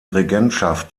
regentschaft